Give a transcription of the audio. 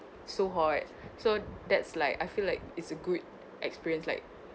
so hot so that's like I feel like it's a good experience like